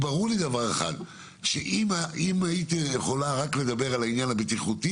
ברור לי שאם היית יכולה לדבר רק על העניין הבטיחותי